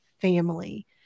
family